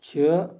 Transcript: چھِ